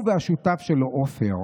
הוא והשותף שלו, עופר,